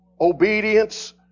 obedience